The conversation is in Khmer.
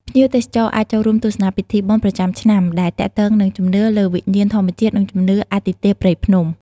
ភ្ញៀវទេសចរអាចចូលរួមទស្សនាពិធីបុណ្យប្រចាំឆ្នាំដែលទាក់ទងនឹងជំនឿលើវិញ្ញាណធម្មជាតិ និង ជំនឿ អាទិទេពព្រៃភ្នំ។